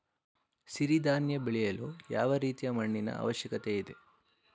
ಸಿರಿ ಧಾನ್ಯ ಬೆಳೆಯಲು ಯಾವ ರೀತಿಯ ಮಣ್ಣಿನ ಅವಶ್ಯಕತೆ ಇದೆ?